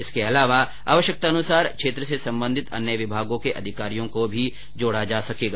इसके अलावा आवश्यकतानुसार क्षेत्र से सम्बंधित अन्य विभागों के अधिकारियों को भी जोड़ा जा सकेगा